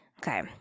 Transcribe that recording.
okay